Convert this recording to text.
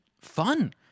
fun